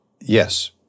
yes